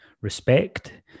respect